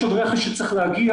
יש עוד רכש שצריך להגיע